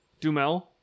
Dumel